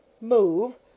Move